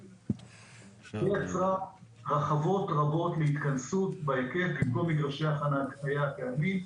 --- ויש רחבות רבות להתכנסות בהיקף במקום מגרשי החנייה הקיימים,